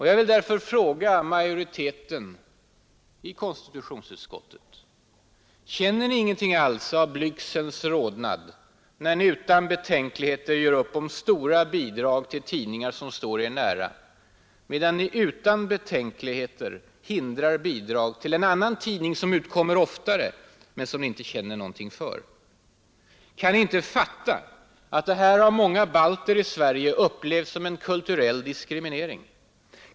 Jag vill därför fråga majoriteten i konstitutionsutskottet: Känner ni ingenting alls av blygselns rodnad när ni utan betänkligheter gör upp om stora bidrag till tidningar som står er nära, medan ni utan betänkligheter hindrar bidrag till en annan tidning som utkommer oftare men som ni inte känner någonting för? Kan ni inte fatta att det här av många balter i Sverige upplevs som kulturell diskriminering?